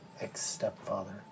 ex-stepfather